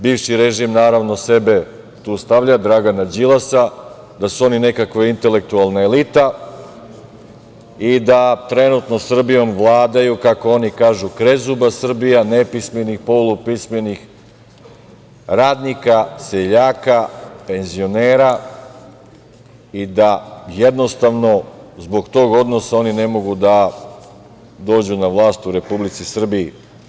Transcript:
Bivši režim naravno sebe tu stavlja, Dragana Đilasa, da su oni nekakva intelektualna elita i da trenutno Srbijom vladaju, kako oni kažu, krezuba Srbija nepismenih i polupismenih radnika, seljaka, penzionera i da jednostavno zbog tog odnosa oni ne mogu da dođu na vlast u Republici Srbiji.